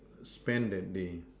spend that day